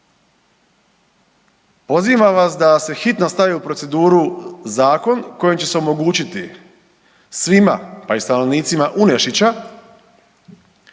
Pozivam vas da se hitno stavi u proceduru zakon kojim će se omogućiti svima, pa i stanovnicima Unešića